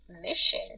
mission